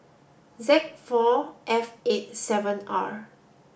Z four F eight seven R